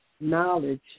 knowledge